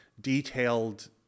detailed